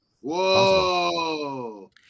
Whoa